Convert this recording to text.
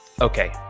Okay